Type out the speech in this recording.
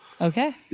Okay